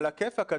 עלא כיפאק,